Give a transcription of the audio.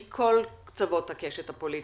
מכל קצוות הקשת הפוליטית,